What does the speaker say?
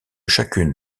chacune